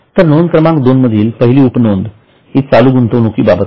तर नोंद क्रमांक २ मधील पहिली उपनोंद हि चालू गुंतवणूक बाबत आहे